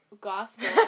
Gospel